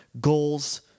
goals